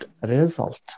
result